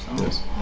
Yes